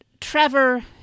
trevor